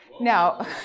Now